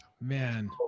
Man